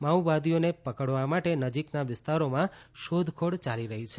માઓવાદીઓને પકડવા માટે નજીકના વિસ્તારોમાં શોધખોળ ચાલી રહી છે